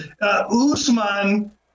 Usman